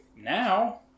Now